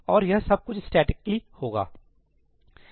और यह सब कुछ स्टैटिकली होगा